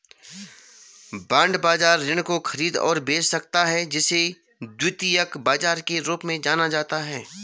bond बाजार ऋण को खरीद और बेच सकता है जिसे द्वितीयक बाजार के रूप में जाना जाता है